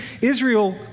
Israel